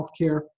Healthcare